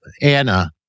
Anna